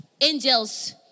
angels